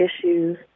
issues